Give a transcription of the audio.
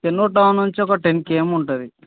Chennur town నుంచి ఒక ten KM ఉంటుంది